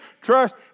trust